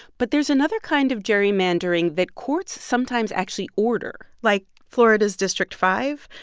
but there's another kind of gerrymandering that courts sometimes actually order like florida's district five,